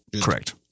Correct